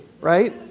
right